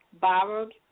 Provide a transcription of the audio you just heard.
borrowed